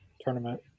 tournament